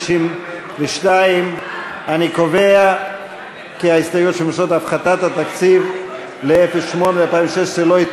הסתייגויות שמבקשות הפחתת תקציב ב-08, ל-2016.